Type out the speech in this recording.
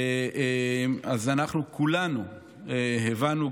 כולנו הבנו,